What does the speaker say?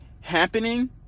happening